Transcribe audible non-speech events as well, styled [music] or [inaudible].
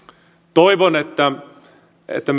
toivon että että [unintelligible]